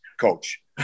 coach